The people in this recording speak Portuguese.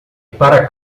para